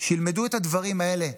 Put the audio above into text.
שילמדו את הדברים האלה.